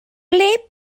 ble